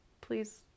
please